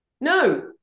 no